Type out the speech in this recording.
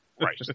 Right